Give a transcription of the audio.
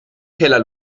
keller